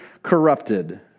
Corrupted